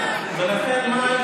אני עדיין לא שרת המים,